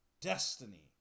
destiny